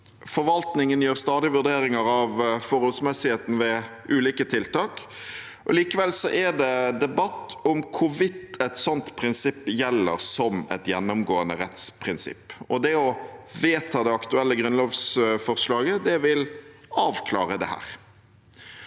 Forvaltningen gjør stadig vurderinger av forholdsmessigheten ved ulike tiltak. Likevel er det debatt om hvorvidt et slikt prinsipp gjelder som et gjennomgående rettsprinsipp. Det å vedta det aktuelle grunnlovsforslaget vil avklare dette.